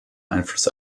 einfluss